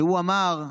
שאמר: